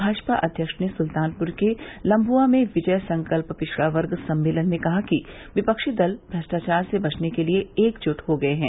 भाजपा अध्यक्ष ने सुल्तानपुर के लम्मुआ में विजय संकल्प पिछड़ा वर्ग सम्मेलन में कहा कि विपक्षी दल भ्रष्टाचार से बचने के लिये एकजुट हो गये है